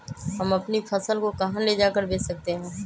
हम अपनी फसल को कहां ले जाकर बेच सकते हैं?